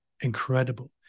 incredible